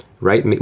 Right